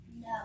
No